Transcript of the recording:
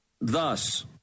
thus